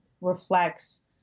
reflects